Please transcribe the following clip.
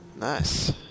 Nice